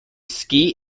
ski